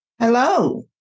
Hello